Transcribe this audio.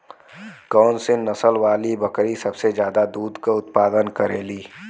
कौन से नसल वाली बकरी सबसे ज्यादा दूध क उतपादन करेली?